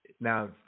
now